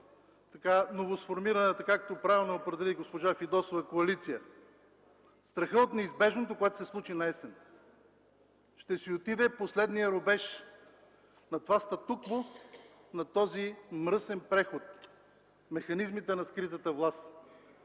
страхува новосформираната коалиция, както правилно я определи госпожа Фидосова – страхът от неизбежното, което ще се случи наесен: ще си отиде последният рубеж на това статукво, на този мръсен преход, механизмите на скритата власт.